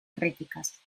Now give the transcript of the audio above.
críticas